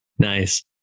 Nice